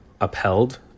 upheld